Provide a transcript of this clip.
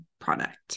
product